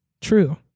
true